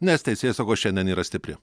nes teisėsauga šiandien yra stipri